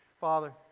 Father